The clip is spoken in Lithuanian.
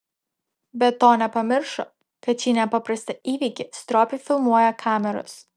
be to nepamiršo kad šį nepaprastą įvykį stropiai filmuoja kameros